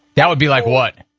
that would be like what?